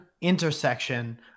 intersection